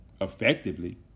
effectively